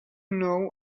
know